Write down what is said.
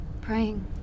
Praying